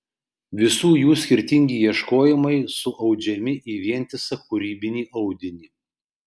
visų jų skirtingi ieškojimai suaudžiami į vientisą kūrybinį audinį